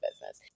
business